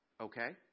okay